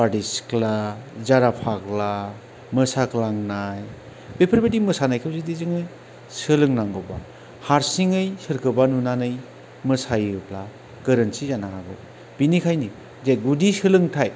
बारदै सिखोला जारा फाग्ला मोसाग्लांनाय बेफोरबायदि मोसानायखौ जुदि जोङो सोलोंनांगौब्ला हारसिङै सोरखौबा नुनानै मोसायोब्ला गोरोन्थि जानो हागौ बिनिखायनो जे गुदि सोलोंथाय